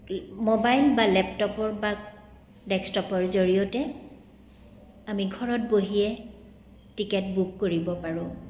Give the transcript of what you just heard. mobile বা লেপটপৰ বা ডেক্সটপৰ জৰিয়তে আমি ঘৰত বহিয়ে টিকেট বুক কৰিব পাৰোঁ